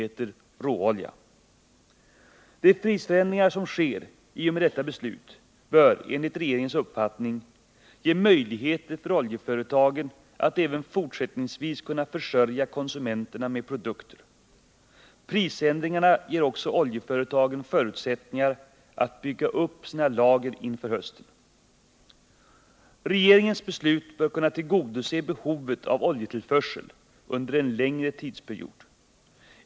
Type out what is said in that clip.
råolja. De prisförändringar som sker i och med detta beslut bör enligt regeringens uppfattning ge möjligheter för oljeföretagen att även fortsättningsvis kunna försörja konsumenterna med produkter. Prisändringarna ger också oljeföretagen förutsättningar att bygga upp sina lager inför hösten. Regeringens beslut bör kunna tillgodose behovet av oljetillförsel under en längre tidsperiod.